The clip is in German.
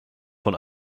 von